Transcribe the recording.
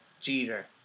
Jeter